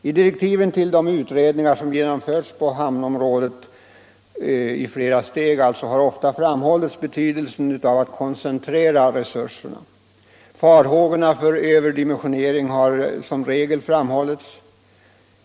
I direktiven till de utredningar som genomförts på hamnområdet har ofta framhållits betydelsen av att koncentrera resurserna. Farhågorna för överdimensionering har som regel påpekats.